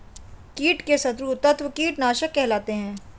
कीट के शत्रु तत्व कीटनाशक कहलाते हैं